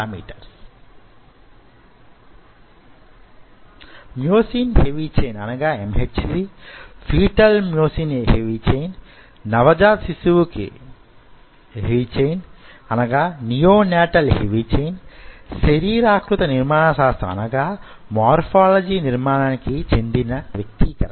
myosin heavy chain foetal myosin heavy chain నవజాత శిశువు heavy chain ల నియోనాటల్ హావి చైన్ శరీరాకృతిని నిర్మాణ శాస్త్ర మొర్ఫొలజీ నిర్మాణానికి చెందిన వ్యక్తీకరణ